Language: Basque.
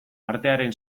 artearen